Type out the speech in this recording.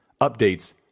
updates